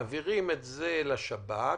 מעבירים את זה לשב"כ,